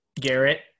Garrett